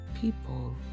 people